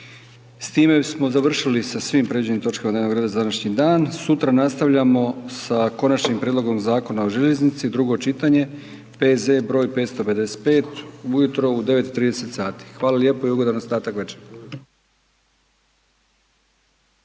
S time bismo završili sa svim predviđenim točkama dnevnog reda za današnji dan, sutra nastavljamo sa Konačnim prijedlogom Zakona o željeznici, drugo čitanje, P.Z. broj 555, ujutro u 09,30 sati. Hvala lijepo i ugodan ostatak večeri.